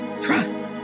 trust